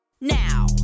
now